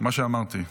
מה שאמרתי.